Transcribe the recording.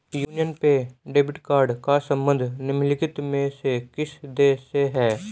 Union पे debit card का संबंध निम्नलिखित में से किस देश से है?